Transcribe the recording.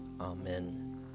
Amen